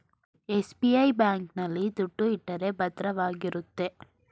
SBI bank ಆಲ್ಲಿ ದುಡ್ಡು ಇಟ್ಟರೆ ಭದ್ರವಾಗಿರುತ್ತೆ